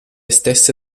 stesse